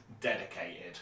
dedicated